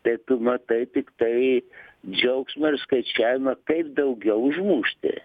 tai tu matai tiktai džiaugsmą ir skaičiavimą kaip daugiau užmušti